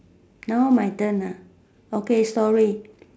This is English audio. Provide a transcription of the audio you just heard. now my turn lah okay story